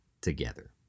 together